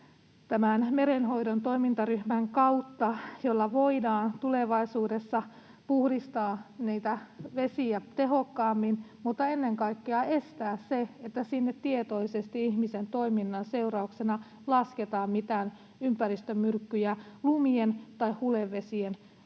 merenhoidon toimintaryhmän kautta löytyy niitä ratkaisuja, joilla voidaan tulevaisuudessa puhdistaa vesiä tehokkaammin mutta ennen kaikkea estää se, että sinne tietoisesti ihmisen toiminnan seurauksena lasketaan mitään ympäristömyrkkyjä lumien tai hulevesien